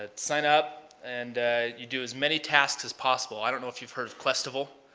ah sign up, and you do as many tasks as possible. i don't know if you've heard of questival,